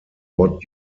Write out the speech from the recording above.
what